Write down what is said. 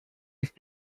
ist